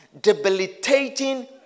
debilitating